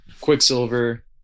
Quicksilver